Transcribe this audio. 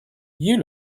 you